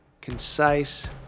concise